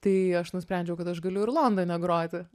tai aš nusprendžiau kad aš galiu ir londone groti